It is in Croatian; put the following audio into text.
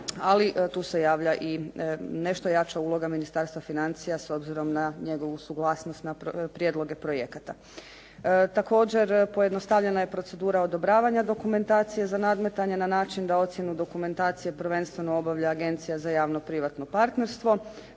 Ali tu se javlja i nešto jača uloga Ministarstva financija s obzirom na njegovu suglasnost na prijedloge projekata. Također pojednostavljena je procedura odobravanja dokumentacije za nadmetanje na način da ocjenu dokumentacije prvenstveno obavlja Agencija za javno-privatno partnerstvo.